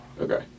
Okay